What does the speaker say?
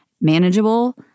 manageable